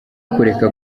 kureka